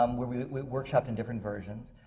um where we we workshopped in different versions.